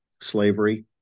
slavery